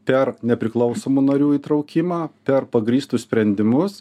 per nepriklausomų narių įtraukimą per pagrįstus sprendimus